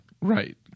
right